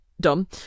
dumb